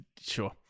Sure